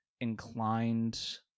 inclined